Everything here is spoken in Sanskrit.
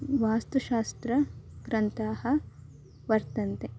वास्तुशास्त्रग्रन्थाः वर्तन्ते